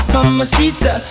Mamacita